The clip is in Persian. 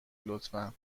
لطفا